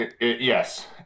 Yes